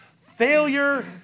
failure